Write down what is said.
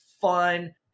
fun